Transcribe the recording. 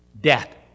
death